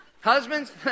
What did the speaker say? Husbands